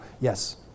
Yes